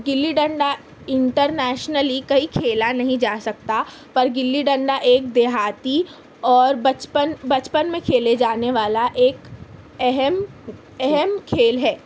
گلی ڈنڈا انٹرنیشنلی کہیں کھیلا نہیں جا سکتا پر گلی ڈنڈا ایک دیہاتی اور بچپن بچپن میں کھیلے جانے والا ایک اہم اہم کھیل ہے